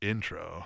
Intro